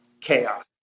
Chaos